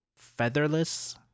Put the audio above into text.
featherless